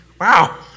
Wow